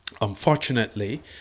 Unfortunately